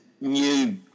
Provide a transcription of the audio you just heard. new